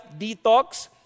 Detox